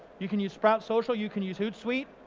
you can use sprout social. you can use hootsuite.